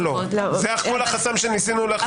זה כל החסם שניסינו לעשות פה.